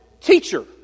Teacher